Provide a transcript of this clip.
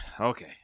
Okay